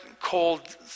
cold